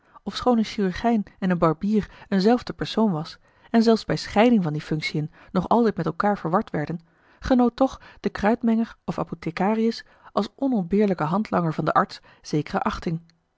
ofschoon een chirurgijn en een barbier een zelfde persoon was en zelfs bij scheiding van die functiën nog altijd met elkaâr verward werden genoot toch de kruidmenger of apothecarius als onontbeerlijke handlanger van den arts zekere achting